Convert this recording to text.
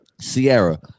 sierra